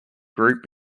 group